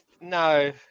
no